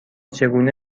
چگونه